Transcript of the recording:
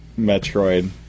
Metroid